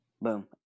boom